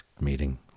meeting